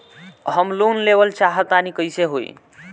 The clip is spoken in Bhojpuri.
हम लोन लेवल चाह तानि कइसे होई?